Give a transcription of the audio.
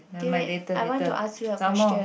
k wait I want to ask you a question